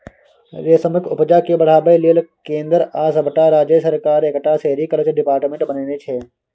रेशमक उपजा केँ बढ़ाबै लेल केंद्र आ सबटा राज्य सरकार एकटा सेरीकल्चर डिपार्टमेंट बनेने छै